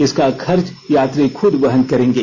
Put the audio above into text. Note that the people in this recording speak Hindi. इसका खर्च यात्री खुद वहन करेंगे